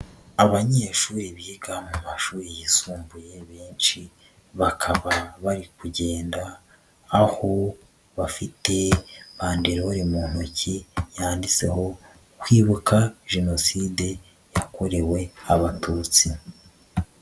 Abanyeshuri biga mu mashuri yisumbuye benshi, bakaba bari kugenda aho bafite banderori mu ntoki yanditseho kwibuka jenoside yakorewe abatutsi.